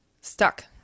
stuck